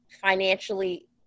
financially